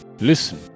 listen